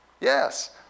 Yes